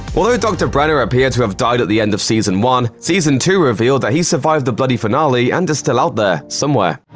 although dr. brenner appeared to have died at the end of season one, season two revealed that he survived the bloody finale and is still out there, somewhere.